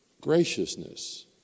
graciousness